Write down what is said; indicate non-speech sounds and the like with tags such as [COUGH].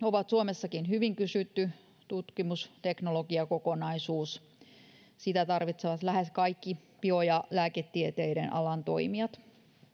[UNINTELLIGIBLE] ovat suomessakin hyvin kysytty tutkimusteknologiakokonaisuus sitä tarvitsevat lähes kaikki bio ja lääketieteiden alan toimijat